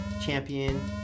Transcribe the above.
champion